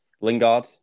Lingard